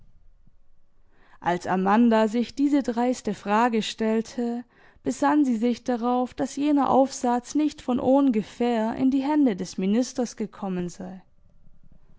als amanda sich diese dreiste frage stellte besann sie sich darauf daß jener aufsatz nicht von ohngefähr in die hände des ministers gekommen sei